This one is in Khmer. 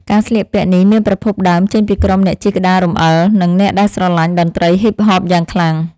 ការស្លៀកពាក់នេះមានប្រភពដើមចេញពីក្រុមអ្នកជិះក្តាររំអិលនិងអ្នកដែលស្រឡាញ់តន្ត្រីហ៊ីបហបយ៉ាងខ្លាំង។